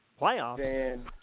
playoffs